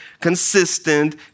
consistent